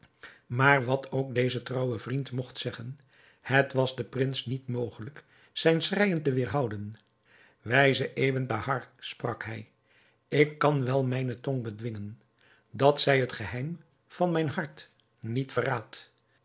maar wat ook deze trouwe vriend mogt zeggen het was den prins niet mogelijk zijn schreijen te weêrhouden wijze ebn thahar sprak hij ik kan wel mijne tong bedwingen dat zij het geheim van mijn hart niet verraadt